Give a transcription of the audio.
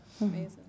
Amazing